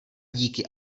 díky